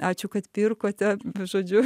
ačiū kad pirkote žodžiu